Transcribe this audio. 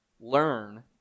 learn